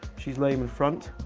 she's lame in front